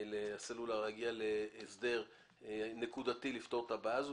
הסלולר להגיע להסדר נקודתי לפתור את הבעיה הזו.